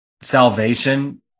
salvation